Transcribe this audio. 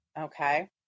Okay